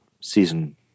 season